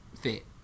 fit